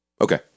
Okay